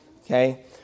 okay